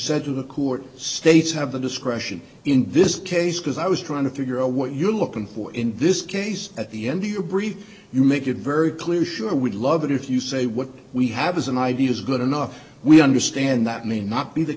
said to the court states have the discretion in this case because i was trying to figure out what you're looking for in this case at the end of your brief you make it very clear sure we'd love it if you say what we have as an idea is good enough we understand that may not be the